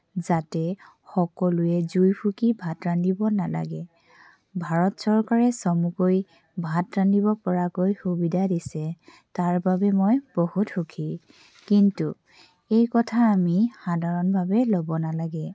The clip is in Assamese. যাতে সকলোৱে জুই ফুকি ভাত ৰান্ধিব নালাগে ভাৰত চৰকাৰে চমুকৈ ভাত ৰান্ধিব পৰাকৈ সুবিধা দিছে তাৰ বাবে মই বহুত সুখী কিন্তু এই কথা আমি সাধাৰণভাৱে ল'ব নেলাগে